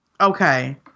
Okay